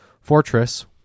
Fortress